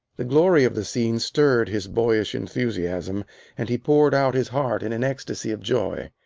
the glory of the scene stirred his boyish enthusiasm and he poured out his heart in an ecstasy of joy.